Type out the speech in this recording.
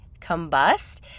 combust